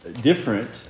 different